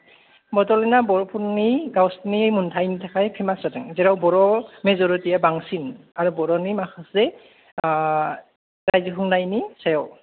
बड'लेण्डआ बर'फोरनि गावसिनि मोन्थायनि थाखाय फेमस जादों जेराव बर' मेज'रिटिया बांसिन आरो बर'नि माखासे रायजो खुंनायनि सायाव